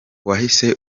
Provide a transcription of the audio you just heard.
wahise